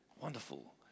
Wonderful